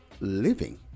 living